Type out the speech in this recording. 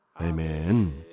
Amen